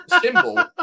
symbol